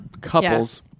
couples